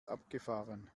abgefahren